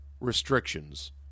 restrictions